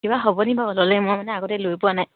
কিবা হ'ব নি বাৰু মই মানে আগতে লৈ পোৱা নাই